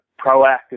proactive